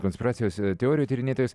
konspiracijos teorijų tyrinėtojas